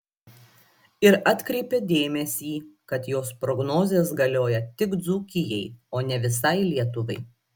ir atkreipė dėmesį kad jos prognozės galioja tik dzūkijai o ne visai lietuvai